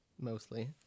mostly